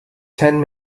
ten